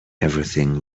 everything